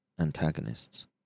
Antagonists